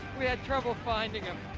we had trouble finding him.